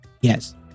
yes